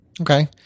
okay